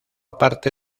parte